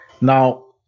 Now